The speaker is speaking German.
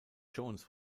jones